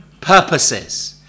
purposes